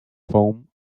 foam